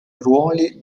ruoli